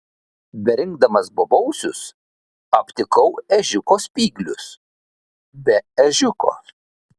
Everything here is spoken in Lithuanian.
berinkdamas bobausius aptikau ežiuko spyglius be ežiuko